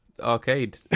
Arcade